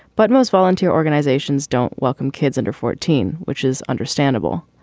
but most volunteer organizations don't welcome kids under fourteen, which is understandable.